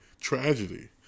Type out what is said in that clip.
tragedy